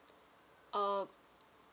err